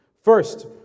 First